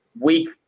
week